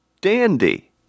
dandy